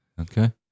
Okay